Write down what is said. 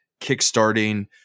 kickstarting